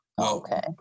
Okay